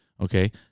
Okay